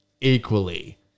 equally